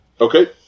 Okay